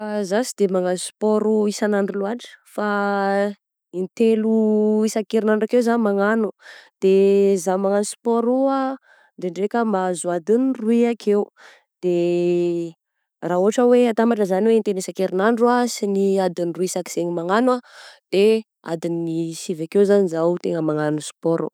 Zah sy de manao sport isan'andro loatra fa in-telo isan-kerinandro akeo za magnano de za magnano sport io ah, ndraindraika aho mahazo adin'ny roy akeo, de raha ohatra hoe hatambatra izany hoe in-telo isan-kerinandro sy ny adiny roy isaky zegny magnano ah de adiny sivy akeo zany zaho tegna magnano sport oh.